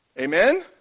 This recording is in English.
Amen